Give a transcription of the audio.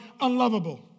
unlovable